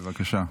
בבקשה.